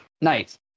Nice